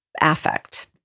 affect